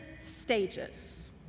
stages